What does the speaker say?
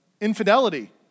infidelity